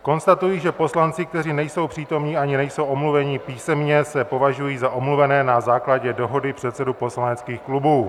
Konstatuji, že poslanci, kteří nejsou přítomni ani nejsou omluveni písemně, se považují za omluvené na základě dohody předsedů poslaneckých klubů.